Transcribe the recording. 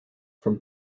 from